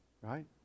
right